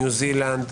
ניו זילנד,